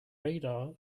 radar